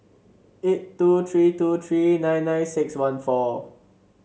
eight two three two three nine nine six one four